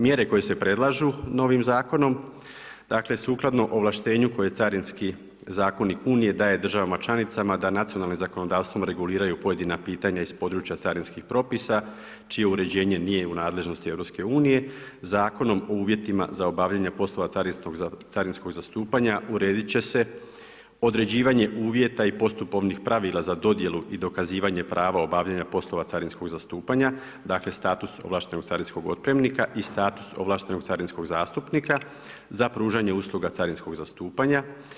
Mjere koje se predlažu novim zakonom, dakle sukladno ovlaštenju koje Carinski zakonik Unije daje državama članicama da nacionalno zakonodavstvom reguliraju pojedina pitanja iz područja carinskih propisa čije uređenje nije u nadležnosti EU Zakonom o uvjetima za obavljanje poslova carinskog zastupanja uredit će se određivanje uvjeta i postupovnih pravila za dodjelu i dokazivanje prava obavljanja poslova carinskog zastupanja, dakle status ovlaštenog carinskog otpremnika i status ovlaštenog carinskog zastupnika za pružanje usluga carinskog zastupanja.